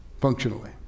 functionally